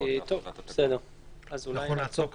אז אולי נעצור כאן.